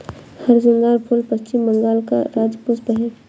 हरसिंगार फूल पश्चिम बंगाल का राज्य पुष्प है